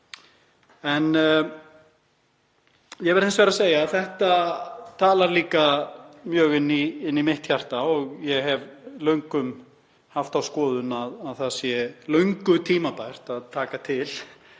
En ég verð hins vegar að segja að þetta talar líka mjög inn í mitt hjarta. Ég hef löngum haft þá skoðun að það sé löngu tímabært að taka til